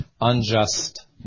unjust